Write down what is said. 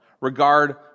regard